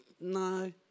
no